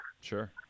Sure